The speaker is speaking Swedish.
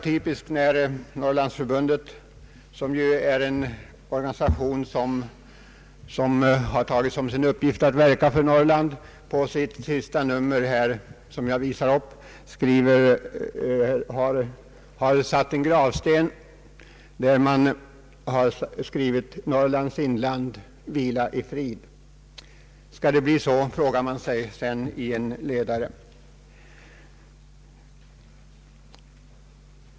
Typiskt är att Norrlandsförbundet, en organisation som har tagit som sin uppgift att verka för Norrland, på omslaget till senaste numret av sin tidskrift, som jag visar upp här, har en gravsten på vilken man skrivit: »Norrlands inland, vila i frid.» Skall det bli så, frågar man sedan i en ledare.